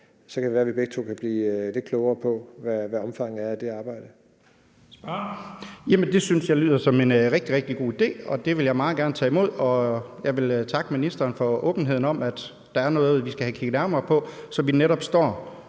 Lahn Jensen): Spørgeren. Kl. 13:59 Kristian Bøgsted (DD): Det synes jeg lyder som en rigtig, rigtig god idé, og det vil jeg meget gerne tage imod. Jeg vil takke ministeren for åbenheden for, at der er noget, vi skal kigge nærmere på, så vi netop står